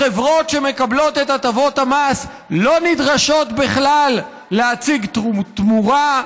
החברות שמקבלות את הטבות המס לא נדרשות בכלל להציג תמורה.